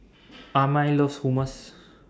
Amiah loves Hummus